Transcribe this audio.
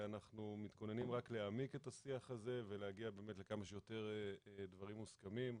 אנחנו מתכוננים להעמיק את השיח הזה ולהגיע לכמה שיותר דברים מוסכמים.